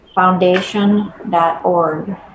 Foundation.org